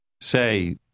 Say